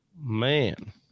man